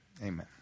Amen